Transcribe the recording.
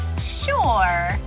Sure